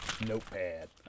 Notepad